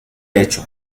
hecho